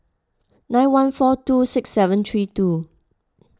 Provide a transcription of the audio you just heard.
nine one four two six seven three two